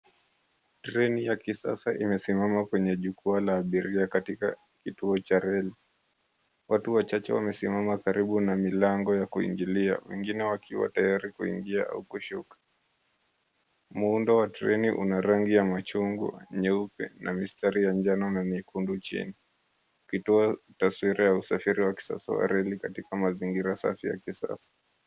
Treni ya kisasa imesimama kwenye jukuwa la abiria katika kituo cha reli. watu wachache wamesimama karibu na mlango ya kuingilia wengine wakiwa tayari kuingia na kushuka. Muundo wa treni una rangi ya machungwa, nyeupe na mstari ya njano na nyekundu chini ikitoa taswira ya usafiri wa kisasa wa reli katika mazingira safi ya kisasa.